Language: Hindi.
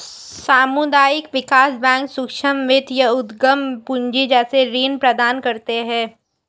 सामुदायिक विकास बैंक सूक्ष्म वित्त या उद्धम पूँजी जैसे ऋण प्रदान करते है